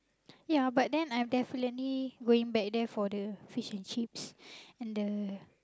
ya but then I'm definitely going back there for the fish and chips and the